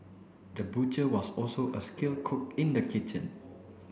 the butcher was also a skilled cook in the kitchen